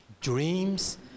dreams